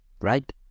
right